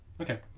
Okay